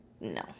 No